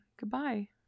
goodbye